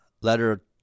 letter